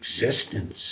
existence